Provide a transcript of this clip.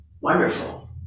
wonderful